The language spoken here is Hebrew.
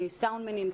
סאונדמנים,